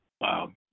Wow